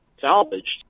salvaged